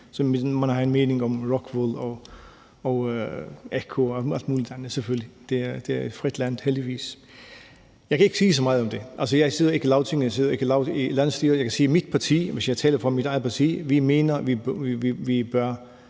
man må have en mening om ROCKWOOL og ECCO og alle mulige andre. Det er et frit land, heldigvis. Jeg kan ikke sige så meget om det. Altså, jeg sidder ikke i landsstyret. Jeg kan sige, at mit parti, hvis jeg skal tale for mit eget parti, mener, vi bør